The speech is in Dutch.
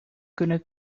kunnen